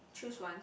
choose once